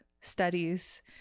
studies